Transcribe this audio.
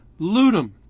Ludum